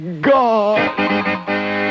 God